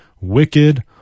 wicked